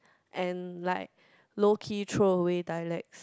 and like low key throw away dialects